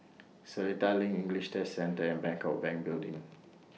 Seletar LINK English Test Centre Bangkok Bank Building